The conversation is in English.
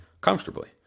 comfortably